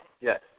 Yes